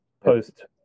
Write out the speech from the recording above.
post